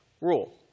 rule